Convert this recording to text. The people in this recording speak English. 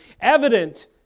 evident